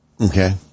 Okay